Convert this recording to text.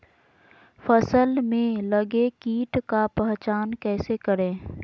फ़सल में लगे किट का पहचान कैसे करे?